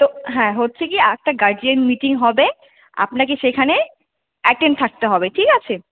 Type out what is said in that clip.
তো হ্যাঁ হচ্ছে কী একটা গার্জিয়ান মিটিং হবে আপনাকে সেখানে অ্যাটেন্ড থাকতে হবে ঠিক আছে